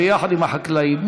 ביחד עם החקלאים.